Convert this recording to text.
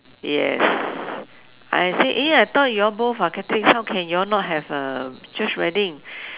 yes I said eh I thought you all both are Catholics how can you all not have a church wedding